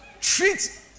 Treat